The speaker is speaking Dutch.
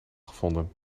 gevonden